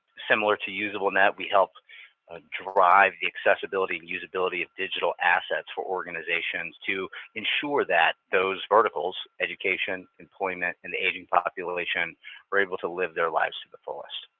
similar to usablenet, help ah drive the accessibility and usability of digital assets for organizations to ensure that those verticals education, employment, and the aging population are able to live their lives to the fullest.